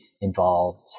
involved